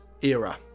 era